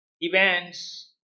events